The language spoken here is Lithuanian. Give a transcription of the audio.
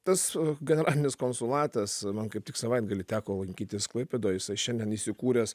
tas generalinis konsulatas man kaip tik savaitgalį teko lankytis klaipėdoj šiandien įsikūręs